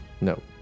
No